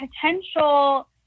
potential